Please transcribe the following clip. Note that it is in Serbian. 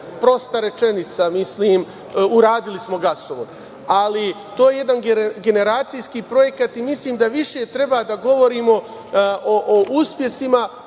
prosta rečenica. Mislim – uradili smo gasovod. Ali, to je jedan generacijski projekat i mislim da više treba da govorimo o uspesima